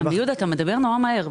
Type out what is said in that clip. מדבר נורא מהר.